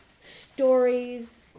stories